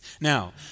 Now